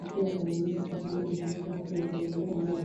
na pia kuna meza ambayo imeekwa hapo.